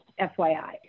FYI